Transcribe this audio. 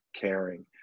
caring